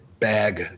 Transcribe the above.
bag